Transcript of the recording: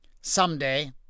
Someday